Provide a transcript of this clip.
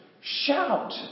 Shout